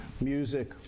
music